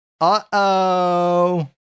Uh-oh